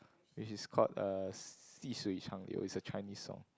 which is called uh 细水长流:Xi Shui Chang Liu it's a Chinese song